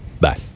Bye